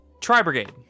Tri-brigade